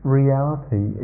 reality